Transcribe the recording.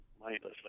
mindlessly